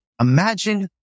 imagine